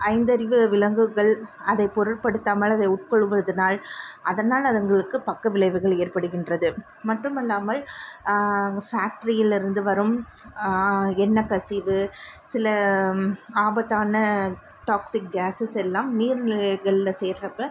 ஐந்தறிவு விலங்குகள் அதை பொருட்படுத்தாமல் அதை உட்கொள்வதுனால் அதனால் அதுங்களுக்கு பக்க விளைவுகள் ஏற்படுகின்றது மட்டும் அல்லாமல் ஃபேக்ட்ரியில் இருந்து வரும் எண்ணெய் கசிவு சில ஆபத்தான டாக்ஸிக் கேஸஸ் எல்லாம் நீர்நிலைகள்ல சேருறப்ப